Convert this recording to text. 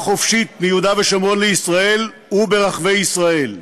חופשית מיהודה ושומרון לישראל וברחבי ישראל.